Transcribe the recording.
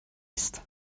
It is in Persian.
است